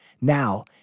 Now